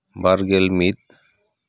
ᱵᱟᱨ ᱜᱮᱞ ᱢᱤᱫ